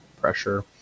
pressure